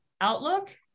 outlook